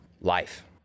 life